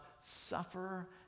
suffer